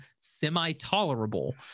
semi-tolerable